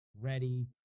ready